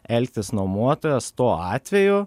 elgtis nuomotojas tuo atveju